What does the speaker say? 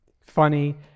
funny